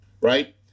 right